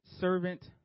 servant